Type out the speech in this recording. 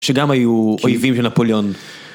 שגם היו אויבים של נפוליון.